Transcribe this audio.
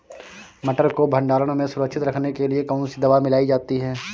मटर को भंडारण में सुरक्षित रखने के लिए कौन सी दवा मिलाई जाती है?